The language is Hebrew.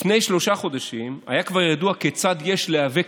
לפני שלושה חודשים היה כבר ידוע כיצד יש להיאבק